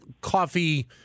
coffee